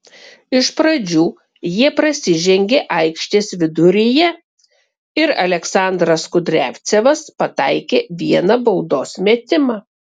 iš pradžių jie prasižengė aikštės viduryje ir aleksandras kudriavcevas pataikė vieną baudos metimą